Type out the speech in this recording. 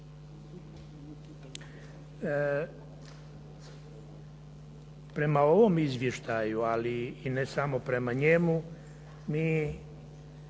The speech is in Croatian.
Prema ovom izvještaju, ali i ne samo prema njemu, mi